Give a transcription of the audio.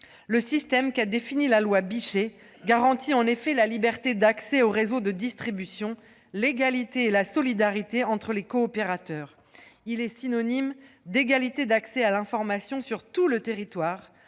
le système défini par la loi Bichet garantit la liberté d'accès au réseau de distribution, l'égalité et la solidarité entre les coopérateurs. Il est synonyme d'égalité d'accès à l'information sur tout le territoire,